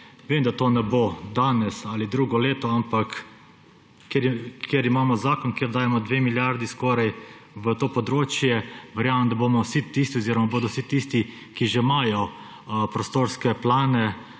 Vem, da to ne bo danes ali drugo leto, ampak ker imamo zakon, kjer dajemo skoraj 2 milijardi v to področje, verjamem, da bomo vsi tisti oziroma bodo vsi tisti, ki že imajo prostorske plane